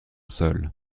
seuls